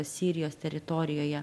sirijos teritorijoje